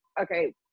okay